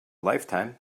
lifetime